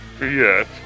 Yes